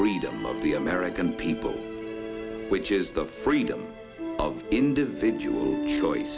freedom of the american people which is the freedom of individual choice